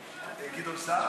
בבקשה.